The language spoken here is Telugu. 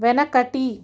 వెనకటి